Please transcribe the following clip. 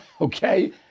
okay